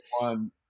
one